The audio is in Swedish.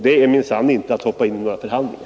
Det är minsann inte att hoppa in i några förhandlingar!